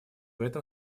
этом